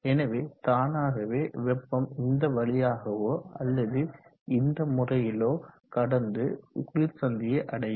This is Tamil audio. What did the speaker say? எனவே தானாகவே வெப்பம் இந்த வழியாகவோ அல்லது இந்த முறையிலோ கடந்து குளிர் சந்தியை அடையும்